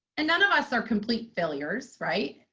and none of us are complete failures, right?